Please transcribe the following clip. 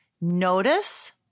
notice